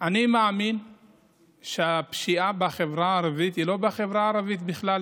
אני מאמין שהפשיעה בחברה הערבית היא לא בחברה הערבית בכלל,